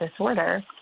disorder